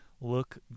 look